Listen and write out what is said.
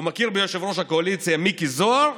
הוא מכיר ביושב-ראש הקואליציה מיקי זוהר,